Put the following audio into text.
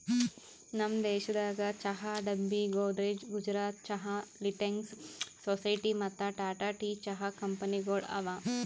ನಮ್ ದೇಶದಾಗ್ ಚಹಾ ಡಬ್ಬಿ, ಗೋದ್ರೇಜ್, ಗುಜರಾತ್ ಚಹಾ, ಲಿಂಟೆಕ್ಸ್, ಸೊಸೈಟಿ ಮತ್ತ ಟಾಟಾ ಟೀ ಚಹಾ ಕಂಪನಿಗೊಳ್ ಅವಾ